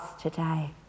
today